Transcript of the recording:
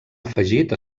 afegit